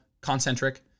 concentric